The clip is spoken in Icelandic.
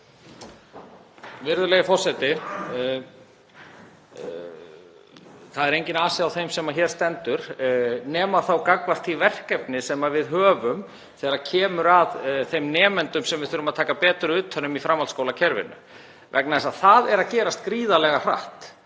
Virðulegi forseti. Það er enginn asi á þeim sem hér stendur nema þá gagnvart því verkefni sem við höfum þegar kemur að þeim nemendum sem við þurfum að taka betur utan um í framhaldsskólakerfinu vegna þess að það er að gerast gríðarlega hratt,